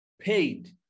paid